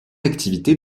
activité